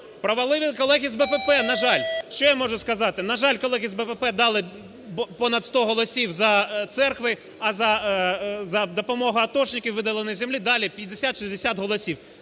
Провалили колеги з БПП, на жаль. Що я можу сказати, на жаль, колеги з БПП дали понад 100 голосів за церкви, а допомога атошникам, виділення землі дали 50-60 голосів.